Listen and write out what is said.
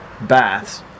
baths